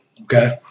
Okay